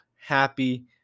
happy